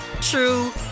true